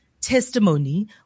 testimony